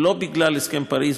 לא בגלל הסכם פריז,